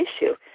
issue